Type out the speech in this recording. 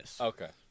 Okay